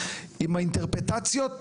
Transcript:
עם האינטרפרטציות,